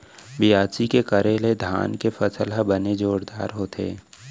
बियासी के करे ले धान के फसल ह बने जोरदार होथे